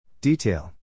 Detail